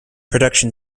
production